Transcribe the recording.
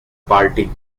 party